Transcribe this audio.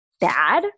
bad